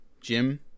Jim